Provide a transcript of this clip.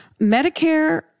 Medicare